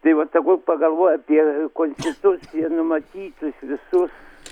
tai va tegul pagalvoja apie konstitucijoj numatytus visus